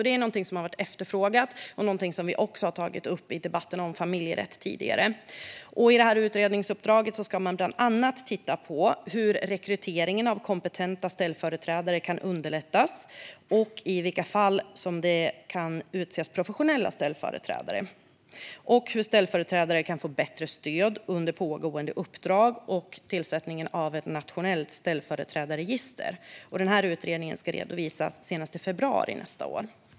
Det är något som har varit efterfrågat, och vi har också tagit upp detta tidigare i debatterna om familjerätt. I utredningsuppdraget anges att man bland annat ska titta på hur rekryteringen av kompetenta ställföreträdare kan underlättas, i vilka fall professionella ställföreträdare kan utses och hur ställföreträdare kan få bättre stöd under pågående uppdrag. Man ska även se på upprättande av ett nationellt ställföreträdarregister. Utredningen ska redovisas senast i februari nästa år.